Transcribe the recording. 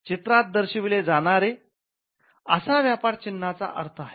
'चित्रात दर्शवले जाणारे' असा व्यापार चिन्हाचा अर्थ आहे